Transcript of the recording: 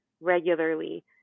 regularly